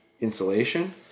insulation